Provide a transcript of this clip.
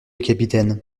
capitaine